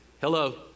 Hello